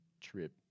trip